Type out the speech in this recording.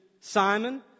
Simon